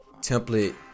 template